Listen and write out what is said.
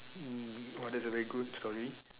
um !wah! that's a very good story